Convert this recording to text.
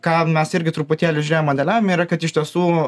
ką mes irgi truputėlį modeliuojam yra kad iš tiesų